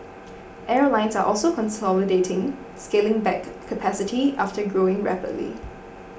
airlines are also consolidating scaling back capacity after growing rapidly